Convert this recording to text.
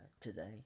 today